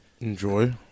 Enjoy